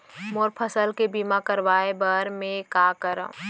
मोर फसल के बीमा करवाये बर में का करंव?